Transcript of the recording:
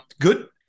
good